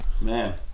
Man